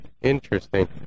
Interesting